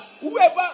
whoever